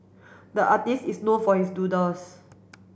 the artist is known for his doodles